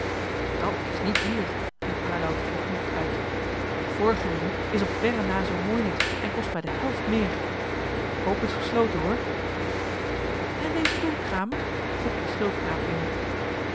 dat is niet duur riep aloud vergenoegd uit mijn vorige riem is op verre na zoo mooi niet en kost mij de helft meer de koop is gesloten hoor en deze dolk kramer vroeg de schildknaap weer